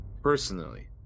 personally